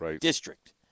district